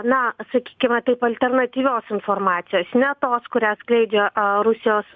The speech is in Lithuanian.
na sakykime taip alternatyvios informacijos ne tos kurią skleidžia rusijos